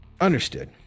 understood